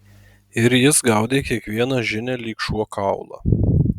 ir jis gaudė kiekvieną žinią lyg šuo kaulą